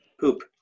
Poop